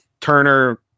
Turner